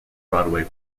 broadway